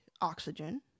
oxygen